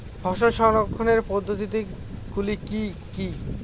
ফসল সংরক্ষণের পদ্ধতিগুলি কি কি?